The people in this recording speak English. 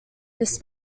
this